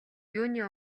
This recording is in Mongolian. юуны